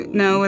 no